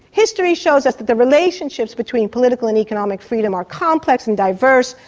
history shows us that the relationships between political and economic freedom are complex and diverse.